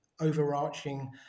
overarching